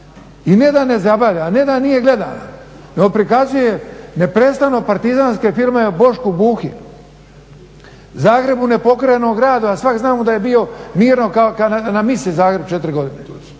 i ne da ne zabavlja, ne da nije gledano, nego prikazuje neprestano partizanske filmove o Boški Buhi, Zagrebu nepokorenom gradu, a svak znamo da je bio mirno kao na misi Zagreb četiri godine.